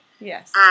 Yes